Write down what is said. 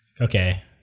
okay